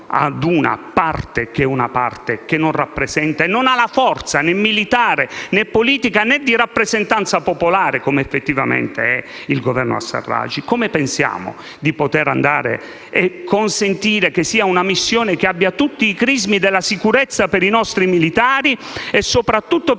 se ci rivolgiamo a una parte che non rappresenta nulla e che non ha la forza né militare, né politica, né di rappresentanza popolare, come effettivamente è il Governo al-Serraj? Come pensiamo di poter andare in Libia e consentire che sia una missione che abbia tutti i crismi della sicurezza per i nostri militari e soprattutto per